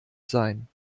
sein